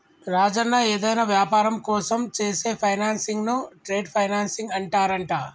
రాజన్న ఏదైనా వ్యాపారం కోసం చేసే ఫైనాన్సింగ్ ను ట్రేడ్ ఫైనాన్సింగ్ అంటారంట